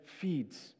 feeds